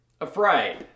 afraid